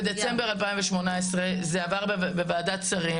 בדצמבר 2018 החוק שלכן עבר בוועדת שרים,